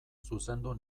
zuzendu